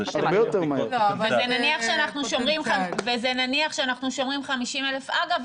נניח שאנחנו שומרים 50,000. אגב,